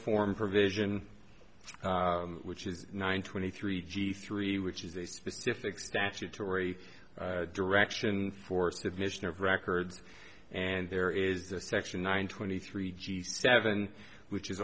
form provision which is nine twenty three g three which is a specific statutory direction for submission of records and there is a section nine twenty three g seven which is